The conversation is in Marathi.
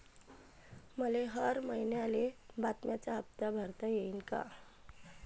मले हर महिन्याले बिम्याचा हप्ता भरता येईन का?